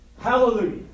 Hallelujah